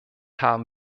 haben